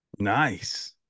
Nice